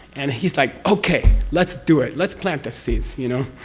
and he's like, okay, let's do it! let's plant the seeds. you know?